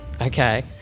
Okay